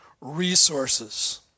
resources